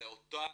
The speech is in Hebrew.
לאותה משפחה,